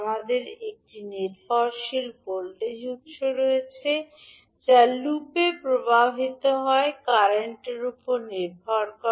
আমাদের একটি নির্ভরশীল ভোল্টেজ উত্স রয়েছে যা লুপে প্রবাহিত কারেন্টর উপর নির্ভর করে